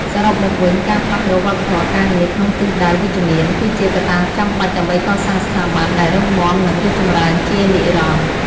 សរុបមកវិញ ការផ្លាស់ប្តូរវប្បធម៌ការងារក្នុងទិសដៅវិជ្ជមាន គឺជាកត្តាចាំបាច់ដើម្បីកសាងស្ថាប័នដែលរឹងមាំនិងរីកចម្រើនជានិរន្តរ៍។